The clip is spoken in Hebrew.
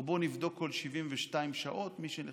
או בואו נבדוק כל 72 שעות מי חולה,